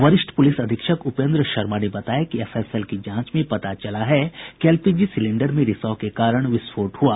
वरिष्ठ पूलिस अधीक्षक उपेंद्र शर्मा ने बताया कि एफएसएल की जांच में पता चला है कि एलपीजी सिलिंडर में रिसाव के कारण विस्फोट हुआ